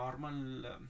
normal